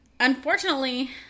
Unfortunately